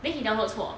then he download 错